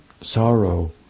sorrow